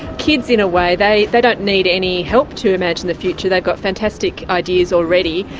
kids, in a way they they don't need any help to imagine the future, they've got fantastic ideas already,